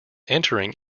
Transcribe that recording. entering